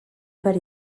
per